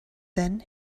then